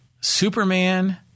Superman